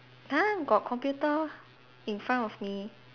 !huh! got computer in front of me